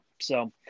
so-